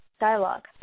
dialogue